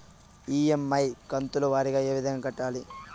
EMI కంతుల వారీగా ఏ విధంగా కట్టాలి